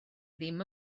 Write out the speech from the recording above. ddim